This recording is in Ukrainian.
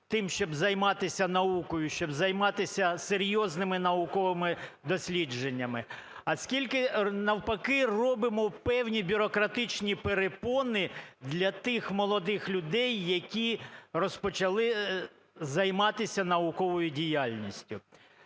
щоб займатися наукою, щоб займатися серйозними науковими дослідженнями, а скільки навпаки робимо певні бюрократичні перепони для тих молодих людей, які розпочали займатися науковою діяльністю.